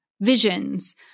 visions